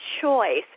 choice